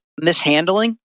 mishandling